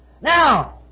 Now